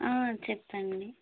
చెప్పండి